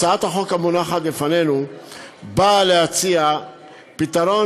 הצעת החוק המונחת לפנינו באה להציע פתרון